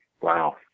wow